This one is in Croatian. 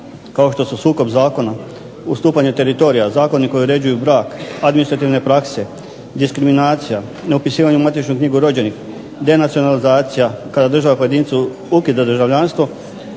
kao što su sukob zakona, ustupanje teritorija, zakoni koji uređuju brak, administrativne prakse, diskriminacija, ne upisivanje u matičnu knjigu rođenih, denacionalizacija kad držAva pojedincu ukida državljanstvo